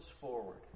forward